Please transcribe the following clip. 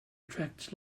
attracts